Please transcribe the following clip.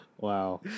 Wow